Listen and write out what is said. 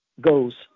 goes